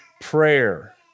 prayer